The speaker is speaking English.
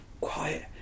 quiet